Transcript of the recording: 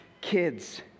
kids